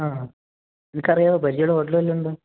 ആ നിനക്കറിയാമോ പരിചയം ഉള്ള ഹോട്ടല് വല്ലതും ഉണ്ടോ